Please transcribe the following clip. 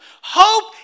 Hope